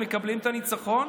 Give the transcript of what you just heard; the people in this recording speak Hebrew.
מקבלים את הניצחון,